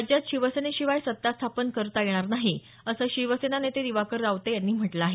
राज्यात शिवसेने शिवाय सत्ता स्थापन करता येणार नाही असं शिवसेना नेते दिवाकर रावते यांनी म्हटलं आहे